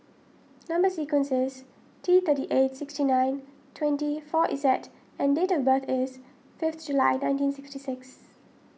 Number Sequence is T thirty eight sixty nine twenty four Z and date of birth is fifth July nineteen sixty six